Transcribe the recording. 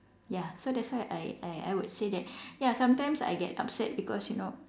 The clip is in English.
ya so that's why I I I would say that ya sometimes I get upset because you know